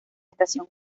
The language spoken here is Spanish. estación